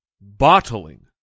bottling